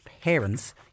parents